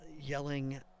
yelling